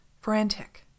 frantic